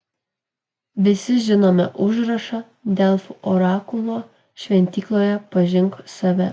visi žinome užrašą delfų orakulo šventykloje pažink save